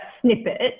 snippet